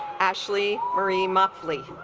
ashlee marie muscly